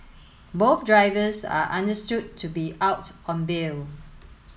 both drivers are understood to be out on bail